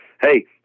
hey